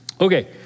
Okay